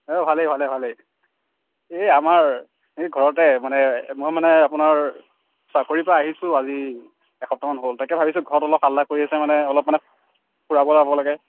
অ ভালে ভালে ভালেই এই আমাৰ ঘৰতে মানে মই মানে আপোনাৰ চাকৰি পৰা আহিছোঁ আজি এসপ্তাহমান হ'ল তাকে ভাবিছোঁ ঘৰত অলপ হাল্লা কৰি আছে মানে অলপ মানে ফুৰাব যাব লাগে